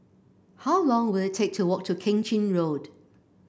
how long will it take to walk to Keng Chin Road